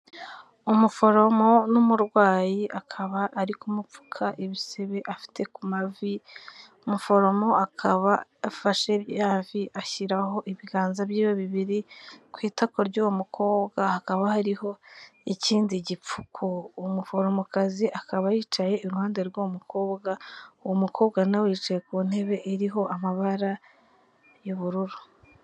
Umuforomo n'umurwayi akaba ari kumupfuka ibisebe afite ku mavi, umuforomo akaba yafashe rya vi ashyiraho ibiganza byiwe bibiri, ku itako ry'uwo mukobwa hakaba hariho ikindi gipfuku, umuforomokazi akaba yicaye iruhande rw'uwo mukobwa, uwo mukobwa na we yicaye ku ntebe iriho amabara y'ubururu.